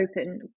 open